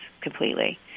completely